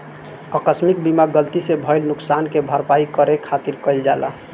आकस्मिक बीमा गलती से भईल नुकशान के भरपाई करे खातिर कईल जाला